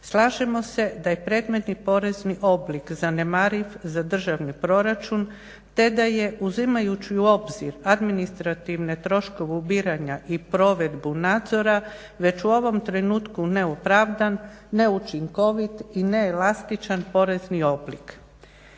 Slažemo se da je predmetni porezni oblik zanemariv za državni proračun, te da je uzimajući u obzir administrativne troškove ubiranja i provedbu nadzora već u ovom trenutku neopravdan, neučinkovit i neelastičan porezni oblik.